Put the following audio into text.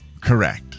Correct